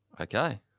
Okay